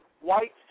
white